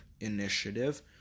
Initiative